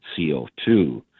CO2